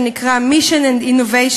שנקרא Mission Innovation,